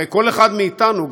הרי כל אחד מאתנו,